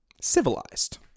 civilized